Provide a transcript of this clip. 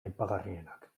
aipagarrienak